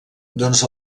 doncs